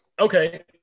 Okay